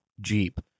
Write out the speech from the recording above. Jeep